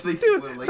dude